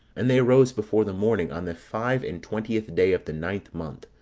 and they arose before the morning on the five and twentieth day of the ninth month,